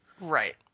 right